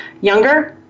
younger